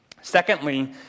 Secondly